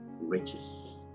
riches